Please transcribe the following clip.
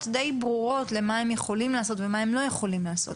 די ברורות מה הם יכולים לעשות ומה הם לא יכולים לעשות.